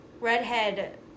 redhead